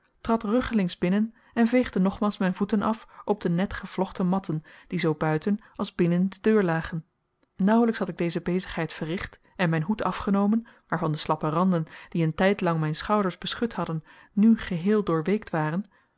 trad ruggelings binnen en veegde nogmaals mijn voeten af op de net gevlochten matten die zoo buiten als binnen de deur lagen nauwelijks had ik deze bezigheid verricht en mijn hoed afgenomen waarvan de slappe randen die een tijdlang mijn schouders beschut hadden nu geheel doorweekt waren